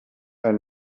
elles